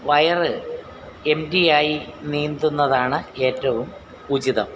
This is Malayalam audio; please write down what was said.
വയറ് എംറ്റിയായി നീന്തുന്നതാണ് ഏറ്റവും ഉചിതം